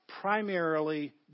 primarily